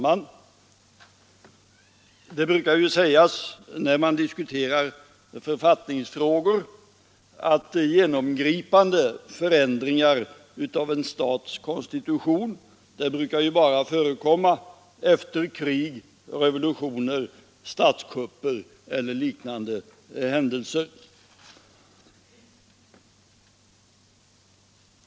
Herr talman! När man diskuterar författningsfrågor brukar det sägas att genomgripande förändringar av en stats konstitution bara förekommer efter krig, revolutioner, statskupper och liknande händelser.